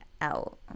out